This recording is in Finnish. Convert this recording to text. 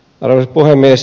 arvoisa puhemies